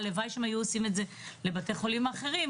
הלוואי שהם היו עושים את זה לבתי חולים אחרים,